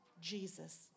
Jesus